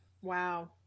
Wow